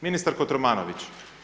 Ministar Kotromanović.